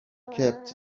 kept